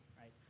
right